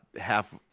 half